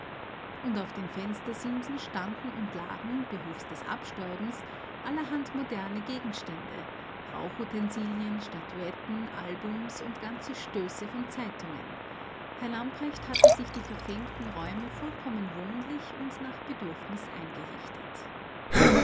und auf den fenstersimsen standen und lagen behufs des abstäubens aller hand moderne gegenstände rauchutensilien statuetten albums und ganze stöße von zeitungen herr lamprecht hatte sich die verfemten räume vollkommen wohnlich und nach bedürfnis eingerichtet